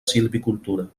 silvicultura